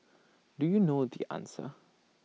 do you know the answer